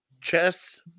chess